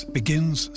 begins